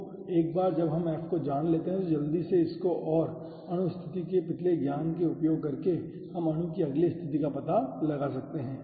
तो एक बार जब हम F को जान लेते हैं तो जल्दी से इसको और अणु की स्थिति के पिछले ज्ञान का उपयोग करके हम अणु की अगली स्थिति का पता लगा सकते हैं